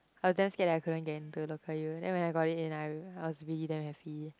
I was damn scared that I couldn't get into local u then when I got it in right I was really damn happy